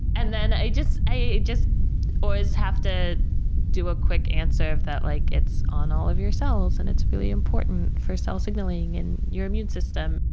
and then i just i just always have to do a quick answer of that, like, it's on all of your cells and it's really important for cell signaling and your immune system.